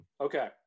Okay